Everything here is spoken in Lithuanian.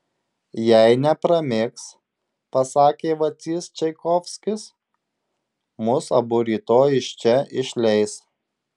jei nepramigs pasakė vacys čaikovskis mus abu rytoj iš čia išleis